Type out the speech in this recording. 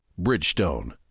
Bridgestone